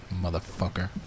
motherfucker